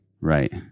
Right